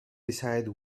decide